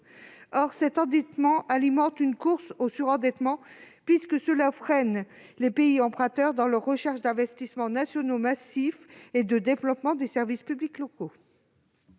Cet endettement alimente une course au surendettement, puisque cela freine les pays emprunteurs dans leur recherche d'investissements nationaux massifs et de développement des services publics locaux.